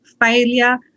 failure